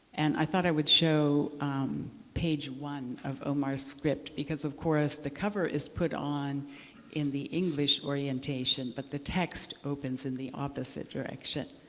and i thought i would show page one of omar's script because of course the cover is put on in the english orientation, but the text opens in the opposite direction.